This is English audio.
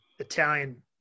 italian